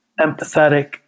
empathetic